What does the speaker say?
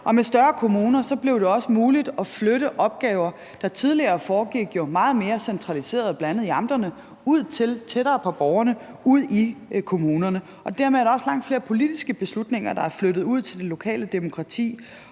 Med større kommuner blev det også muligt at flytte opgaver, der tidligere foregik meget mere centraliseret, bl.a. i amterne, ud tættere på borgerne og ud i kommunerne, og dermed er der også langt flere politiske beslutninger, der er flyttet ud til det lokale demokrati.